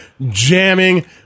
jamming